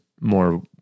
more